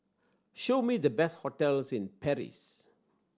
show me the best hotels in Paris